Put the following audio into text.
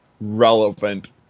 relevant